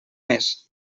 més